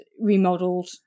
remodeled